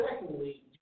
secondly